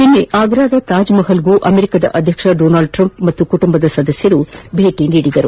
ನಿನ್ನೆ ಆಗ್ರಾದ ತಾಜ್ಮಹಲ್ಗೆ ಅಮೆರಿಕದ ಅಧ್ಯಕ್ಷ ಡೊನಾಲ್ಸ್ ಟ್ರಂಪ್ ಹಾಗೂ ಕುಟುಂಬದ ಸದಸ್ಯರು ಭೇಟಿ ನೀಡಿದರು